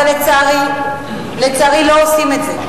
אבל לצערי, לצערי לא עושים את זה.